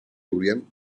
orient